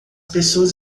pessoas